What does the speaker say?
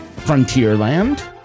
Frontierland